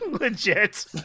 Legit